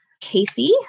Casey